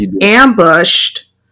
ambushed